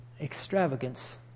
extravagance